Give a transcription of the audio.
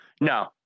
No